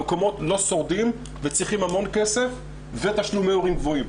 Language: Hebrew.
המקומות לא שורדים וצריכים המון כסף ותשלומי הורים גבוהים.